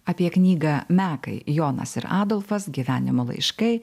apie knygą mekai jonas ir adolfas gyvenimo laiškai